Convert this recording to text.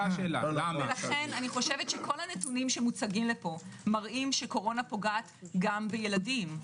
לכן אני חושבת שכל הנתונים שמוצגים פה מראה שקורונה פוגעת גם בילדים.